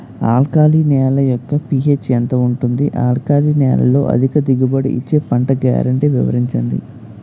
Alkali నేల యెక్క pH ఎంత ఉంటుంది? ఆల్కలి నేలలో అధిక దిగుబడి ఇచ్చే పంట గ్యారంటీ వివరించండి?